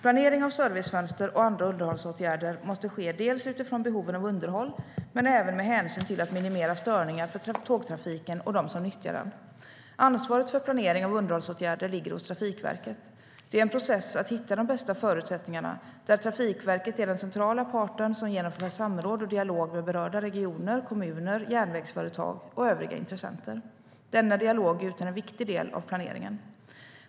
Planering av servicefönster och andra underhållsåtgärder måste ske utifrån behoven av underhåll men också för att minimera störningar för tågtrafiken och dem som nyttjar den. Ansvaret för planering av underhållsåtgärder ligger hos Trafikverket. Det är en process att hitta de bästa förutsättningarna, där Trafikverket är den centrala parten som genomför samråd och dialog med berörda regioner, kommuner, järnvägsföretag och övriga intressenter. Denna dialog utgör en viktig del av planeringen.